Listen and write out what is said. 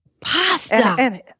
Pasta